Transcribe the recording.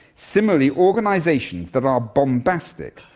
similarly, organisations that are bombastic,